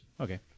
Okay